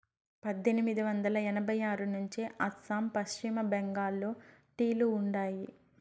పద్దెనిమిది వందల ఎనభై ఆరు నుంచే అస్సాం, పశ్చిమ బెంగాల్లో టీ లు ఉండాయి